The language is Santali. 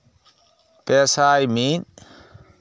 ᱯᱮᱥᱟᱭ ᱢᱤᱫ